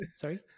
sorry